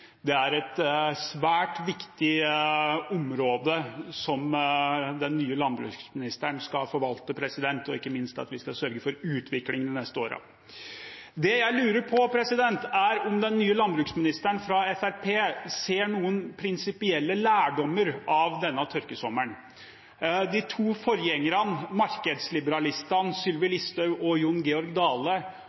Det er et svært viktig område den nye landbruksministeren skal forvalte – ikke minst skal vi sørge for utvikling de neste årene. Det jeg lurer på, er om den nye landbruksministeren fra Fremskrittspartiet tar noen prinsipielle lærdommer av denne tørkesommeren. De to forgjengerne, markedsliberalistene Sylvi Listhaug og Jon Georg Dale,